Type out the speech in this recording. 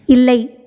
இல்லை